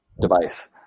device